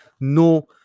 no